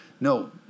No